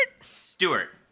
Stewart